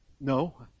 No